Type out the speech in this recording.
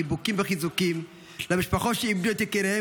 חיבוקים וחיזוקים למשפחות שאיבדו את יקיריהן